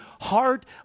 heart